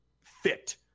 fit